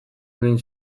egin